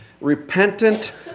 repentant